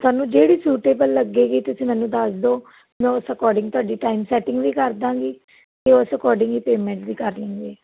ਤੁਹਾਨੂੰ ਜਿਹੜੀ ਸੂਟੇਬਲ ਲੱਗੇਗੀ ਤੁਸੀਂ ਮੈਨੂੰ ਦੱਸ ਦਿਓ ਮੈਂ ਉਸ ਅਕੋਰਡਿੰਗ ਤੁਹਾਡੀ ਟਾਈਮ ਸੈਟਿੰਗ ਵੀ ਕਰ ਦਾਂਗੀ ਅਤੇ ਉਸ ਅਕੋਰਡਿੰਗ ਹੀ ਪੇਮੈਂਟ ਵੀ ਕਰ ਲੈਂਦੇ ਹਾਂ